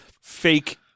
fake